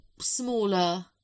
smaller